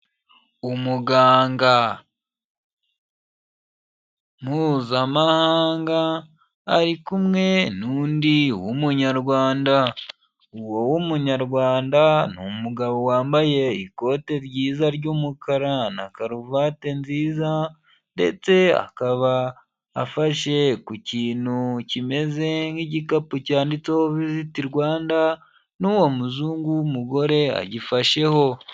Umuganga mpuzamahanga ari kumwe n'undi munyarwanda, uwo w'umunyarwanda, ni umugabo wambaye ikote ryiza ry'umukara na karuvati nziza, ndetse akaba afashe ku kintu kimeze nk'igikapu cyanditseho viziti Rwanda, n'uwo muzungu w'umugore agifasheho.